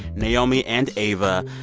naomi and ava,